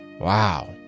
Wow